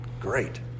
great